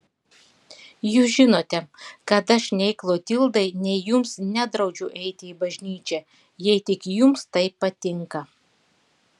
jūs žinote kad aš nei klotildai nei jums nedraudžiu eiti į bažnyčią jei tik jums tai patinka